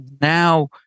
now